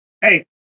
Hey